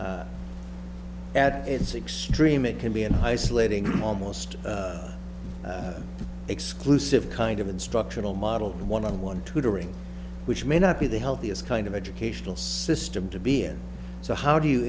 at its extreme it can be an isolating almost exclusive kind of instructional model one on one tutoring which may not be the healthiest kind of educational system to be in so how do you